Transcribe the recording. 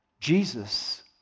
Jesus